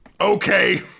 Okay